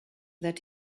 that